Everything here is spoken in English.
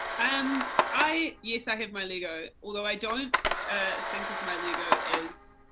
um i. yes i had my lego, although i don't think of my lego as,